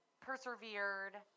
persevered